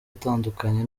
atandukanye